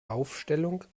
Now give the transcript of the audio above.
aufstellung